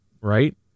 right